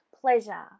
pleasure